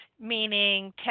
meaning